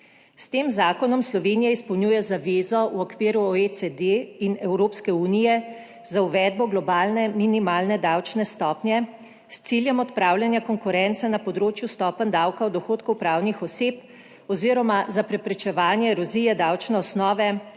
S tem zakonom Slovenija izpolnjuje zavezo v okviru OECD in Evropske unije za uvedbo globalne minimalne davčne stopnje s ciljem odpravljanja konkurence na področju stopenj davka od dohodkov pravnih oseb oziroma za preprečevanje erozije davčne osnove